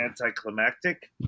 anticlimactic